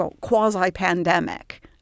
quasi-pandemic